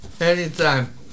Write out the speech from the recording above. Anytime